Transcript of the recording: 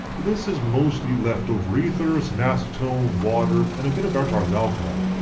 this is mostly leftover ether, some acetone, water and a bit of our target alcohol.